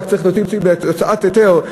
רק צריך הוצאת היתר,